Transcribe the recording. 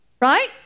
right